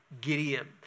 Gideon